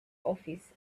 office